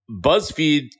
BuzzFeed